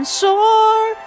sore